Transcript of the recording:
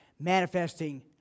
manifesting